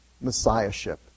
messiahship